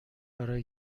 برای